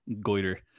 goiter